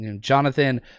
Jonathan